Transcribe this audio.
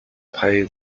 pay